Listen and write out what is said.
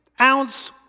ounce